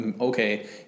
okay